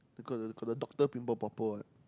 got the got the doctor pimple popper what